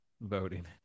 voting